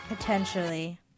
Potentially